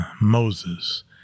Moses